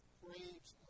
craves